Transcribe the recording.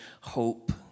hope